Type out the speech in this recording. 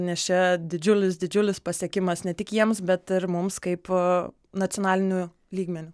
nes čia didžiulis didžiulis pasiekimas ne tik jiems bet ir mums kaip nacionaliniu lygmeniu